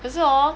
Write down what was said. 可是 hor